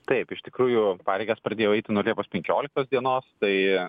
taip iš tikrųjų pareigas pradėjau eiti nuo liepos penkioliktos dienos tai